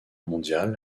mondiale